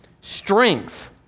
strength